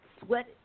sweat